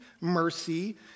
mercy